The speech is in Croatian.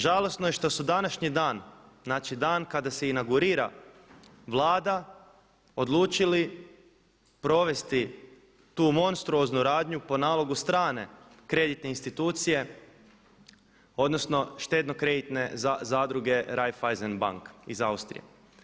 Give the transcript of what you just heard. Žalosno je što su današnji dan, znači dan kada se inaugurira Vlada odlučili provesti tu monstruoznu radnju po nalogu stranke kreditne institucije odnosno štedno-kreditne zadruge Raiffeisen bank iz Austrije.